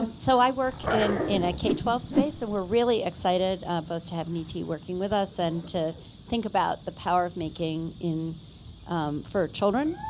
and so i work in in a k twelve space. so we're really excited both to have niti working with us and to think about the power of making um for children.